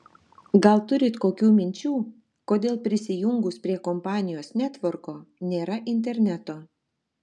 gal turit kokių minčių kodėl prisijungus prie kompanijos netvorko nėra interneto